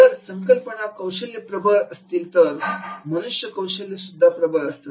जत संकल्पना कौशल्य प्रबळ असतील तर मनुष्यबळ कौशल्य सुद्धा प्रबळ असतात